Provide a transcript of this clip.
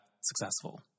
successful